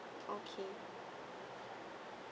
okay